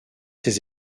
ses